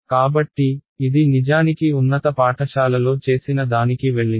కాబట్టి ఇది నిజానికి ఉన్నత పాఠశాలలో చేసిన దానికి వెళ్ళింది